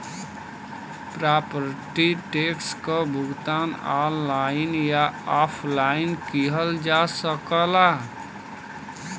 property tax क भुगतान online या ऑफलाइन किहल जा सकला